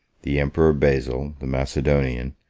the emperor basil, the macedonian,